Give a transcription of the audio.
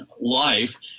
life